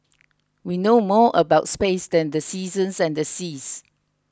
we know more about space than the seasons and the seas